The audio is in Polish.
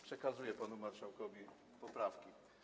Przekazuję panu marszałkowi poprawki.